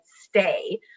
stay